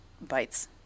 bites